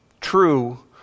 true